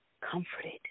comforted